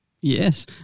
yes